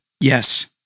yes